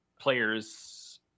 players